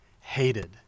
hated